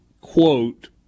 quote